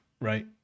right